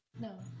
no